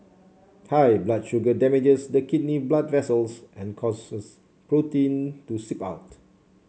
high blood sugar damages the kidney blood vessels and causes protein to seep out